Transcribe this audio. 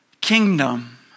kingdom